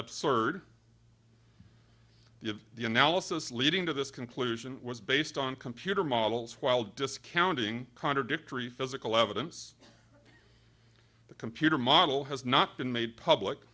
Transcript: analysis leading to this conclusion was based on computer models while discounting contradictory physical evidence the computer model has not been made public